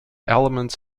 elements